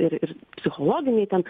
ir ir psichologiniai ten